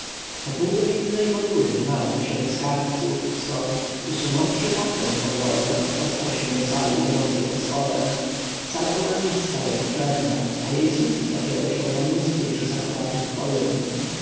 po półgodzinnej podróży znalazł się w skarbcu skąd usunąwszy taflę w podłodze dostał się do sali leżącej pod spodem sala była niska lecz obszerna a jej sufit opierał się na mnóstwie przysadkowatych kolumn